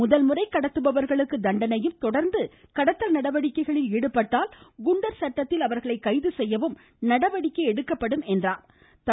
முதல்முறை கடத்துபவர்களுக்கு தண்டனையும் தொடர்ந்து கடத்தல் நடவடிக்கைகளில் ஈடுபட்டால் குண்டர் சட்டத்தில் அவர்களை கைது செய்யவும் நடவடிக்கை எடுக்கப்படும் என்றும் கூறினார்